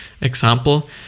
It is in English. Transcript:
Example